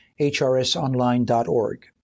hrsonline.org